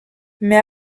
mais